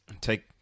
take